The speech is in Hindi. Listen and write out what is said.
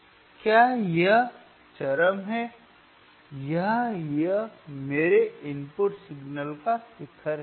क्या यह पिक है या यह मेरे इनपुट सिग्नल का शिखर है